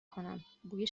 کنم، بوی